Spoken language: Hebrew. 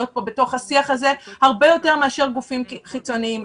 פה בתוך השיח הזה הרבה יותר מאשר גופים חיצוניים.